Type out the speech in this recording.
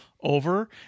over